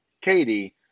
Katie